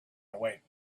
awake